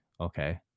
okay